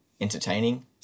entertaining